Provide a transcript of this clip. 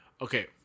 Okay